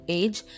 age